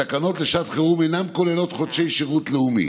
התקנות לשעת חירום אינן כוללות חודשי שירות לאומי